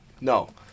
No